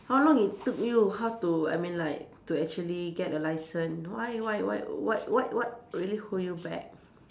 how long it took you how to I mean like to actually get a licence why why why what what what really hold you back